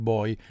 Boy